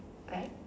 right